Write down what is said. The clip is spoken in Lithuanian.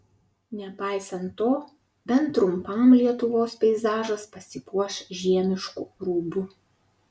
nepaisant to bent trumpam lietuvos peizažas pasipuoš žiemišku rūbu